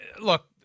look